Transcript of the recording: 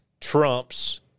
trumps